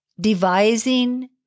devising